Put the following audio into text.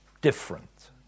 different